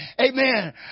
Amen